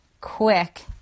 quick